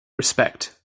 respect